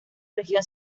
región